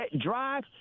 drive